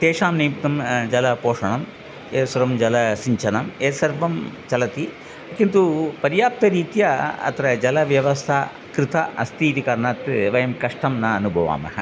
तेषां निमित्तं जलपोषणम् एतत् सर्वं जलसिञ्चनम् एतत् सर्वं चलति किन्तु पर्याप्तरीत्या अत्र जलव्यवस्था कृता अस्ति इति कारणात् वयं कष्टं न अनुभवामः